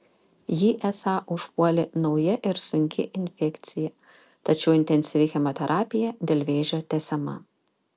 jį esą užpuolė nauja ir sunki infekcija tačiau intensyvi chemoterapija dėl vėžio tęsiama